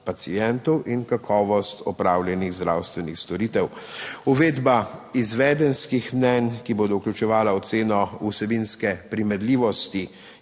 in kakovost opravljenih zdravstvenih storitev. Uvedba izvedenskih mnenj, ki bodo vključevala oceno vsebinske primerljivosti